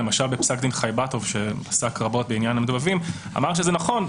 למשל בפסק דין חייבטוב שעסק הרבה רבות בעניין המדובבים אמר שזה נכון,